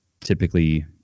typically